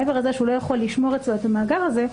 מעבר לזה שלא יכול לשמור אצלו את המאגר הזה,